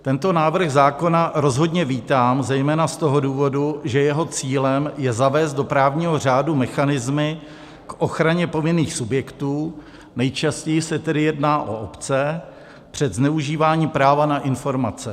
Tento návrh zákona rozhodně vítám zejména z toho důvodu, že jeho cílem je zavést do právního řádu mechanismy k ochraně povinných subjektů, nejčastěji se tedy jedná o obce, před zneužíváním práva na informace.